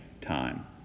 time